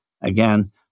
again